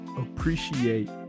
appreciate